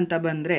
ಅಂತ ಬಂದರೆ